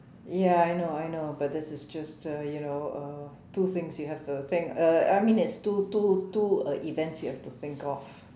ya I know I know but this is just uh you know uh two things you have to think uh I mean it's two two two uh events you have to think of